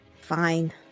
Fine